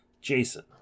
Jason